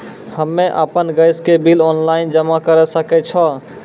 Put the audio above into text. हम्मे आपन गैस के बिल ऑनलाइन जमा करै सकै छौ?